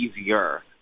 easier